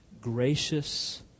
gracious